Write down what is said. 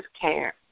care